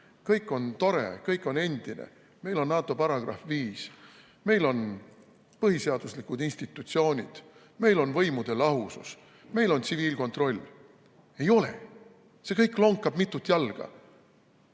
kõik on tore, kõik on endine, meil on NATO § 5, meil on põhiseaduslikud institutsioonid, meil on võimude lahusus, meil on tsiviilkontroll. Ei ole. See kõik lonkab mitut jalga. Ma